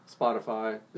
Spotify